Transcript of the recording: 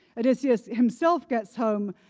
odysseus himself gets home,